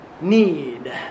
need